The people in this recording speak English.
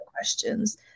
questions